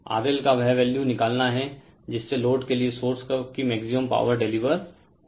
RL का वह value निकालना है जिससे लोड के लिए सोर्स की मैक्सिमम पावर डिलीवर हो